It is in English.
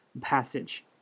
passage